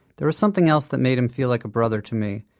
there was something else that made him feel like a brother to me,